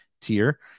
tier